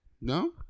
No